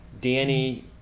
Danny